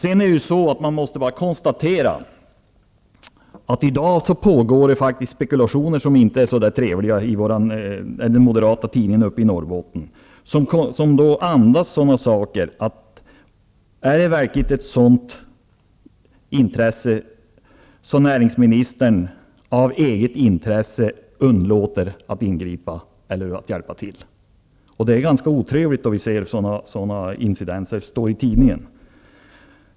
Sedan kan man bara konstatera att det pågår spekulationer som inte är så trevliga i den moderata tidningen i Norrbotten. Man andas sådana saker som att näringsministern av eget intresse underlåter att ingripa eller att hjälpa till. Det är ganska otrevligt när man ser sådana saker i tidningen.